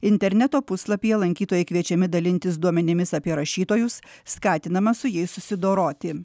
interneto puslapyje lankytojai kviečiami dalintis duomenimis apie rašytojus skatinama su jais susidoroti